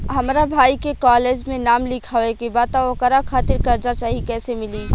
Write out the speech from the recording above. हमरा भाई के कॉलेज मे नाम लिखावे के बा त ओकरा खातिर कर्जा चाही कैसे मिली?